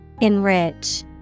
Enrich